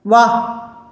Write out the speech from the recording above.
ਵਾਹ